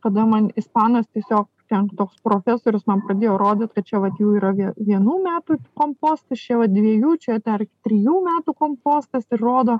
kada man ispanas tiesio ten toks profesorius man pradėjo rodyt kad čia vat jų yra vienų metų kompostas čia va dviejų čia dar trijų metų kompostas ir rodo